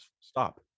Stop